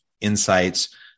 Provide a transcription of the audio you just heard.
insights